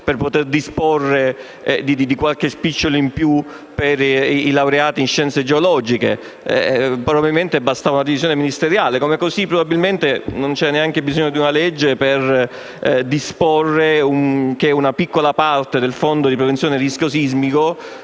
per poter disporre di qualche ulteriore spicciolo per i laureati in scienze geologiche. Probabilmente bastava una decisione ministeriale, così come probabilmente non c'era neanche bisogno di una legge per disporre di destinare una piccola parte del Fondo di prevenzione del rischio sismico,